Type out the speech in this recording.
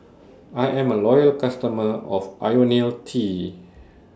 I'm A Loyal customer of Ionil T